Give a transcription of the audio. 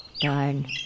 darn